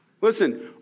Listen